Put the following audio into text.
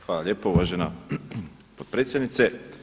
Hvala lijepo uvažena potpredsjednice.